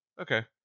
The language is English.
okay